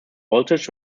voltage